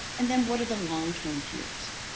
and then what are the longterm fears